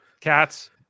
cats